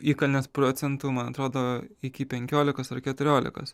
įkalnės procentu man atrodo iki penkiolikos ar keturiolikos